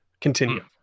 Continue